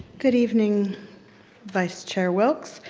good evening vice chair wilk,